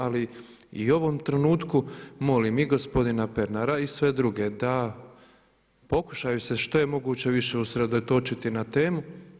Ali i u ovom trenutku molim i gospodina Pernara i sve druge da pokušaju se što je moguće više usredotočiti na temu.